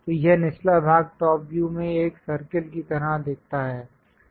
तो यह निचला भाग टॉप व्यू में एक सर्कल की तरह दिखता है